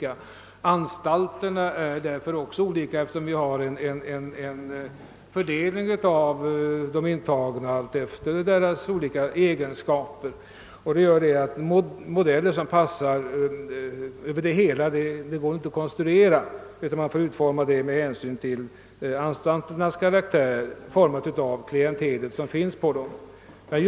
Anstalterna är också olika, eftersom de intagna fördelas mellan anstalterna efter sina egenskaper. Det gör att det inte är möjligt att konstruera modeller som passar överallt, utan man får utforma verksamheten med hänsyn till anstalternas karaktär och det klientel som finns där.